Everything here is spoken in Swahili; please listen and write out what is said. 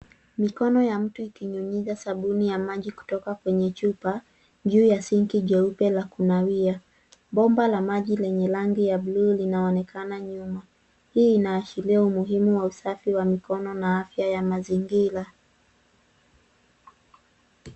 Mikono ya mtu akinyunyiza sabuni ya maji kutoka kwenye chupa juu ya sinki jeupe la kunawia. Bomba la maji lenye rangi ya blue linaonekana nyuma. Hii inaashiria umuhimu wa usafi wa mikono na afya ya mazingira.